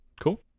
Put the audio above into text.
Cool